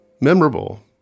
Memorable